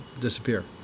disappear